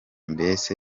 mbese